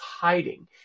hiding